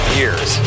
years